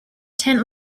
tent